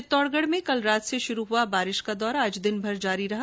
चित्तौड़गढ में कल रात से शुरू हुआ बारिश का दौर आज दिनभर जारी रहा